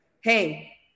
hey